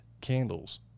candles